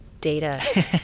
data